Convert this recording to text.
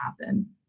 happen